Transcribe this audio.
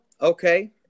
okay